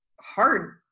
hard